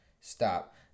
stop